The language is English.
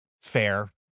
fair